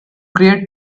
create